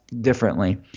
differently